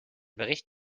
bericht